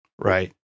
Right